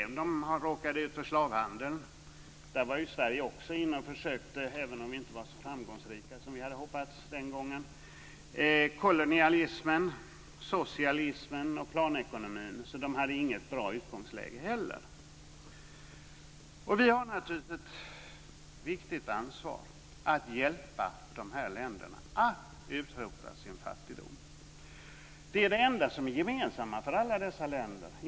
Man råkade ut för slavhandeln, där också Sverige var med och försökte stoppa den, även om vi inte var så framgångsrika som vi hade hoppats. Man har dessutom varit utsatt för kolonialismen, socialismen och planekonomin. Utgångsläget var alltså inte så bra. Vi har naturligtvis ett viktigt ansvar att hjälpa dessa länder att utrota deras fattigdom. Det är det enda som är gemensamt för alla dessa länder.